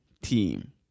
team